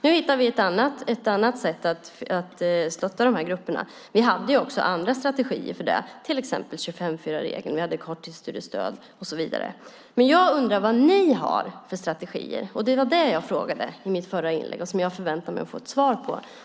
Nu hittar vi ett annat sätt att stötta de här grupperna. Vi hade också andra strategier för det, till exempel 25:4-reglerna, korttidsstudiestöd och så vidare. Men jag undrar vad ni har för strategier. Det var det jag frågade om i mitt förra inlägg och som jag förväntar mig att få ett svar på.